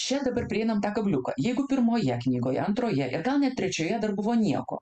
čia dabar prieinam tą kabliuką jeigu pirmoje knygoje antroje ir gal net trečioje dar buvo nieko